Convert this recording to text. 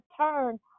turn